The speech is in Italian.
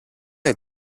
del